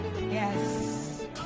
Yes